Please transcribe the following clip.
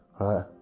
right